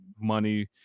money